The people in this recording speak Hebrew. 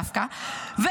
דווקא -- אה.